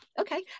okay